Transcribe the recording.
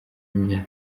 imyanya